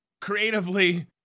Creatively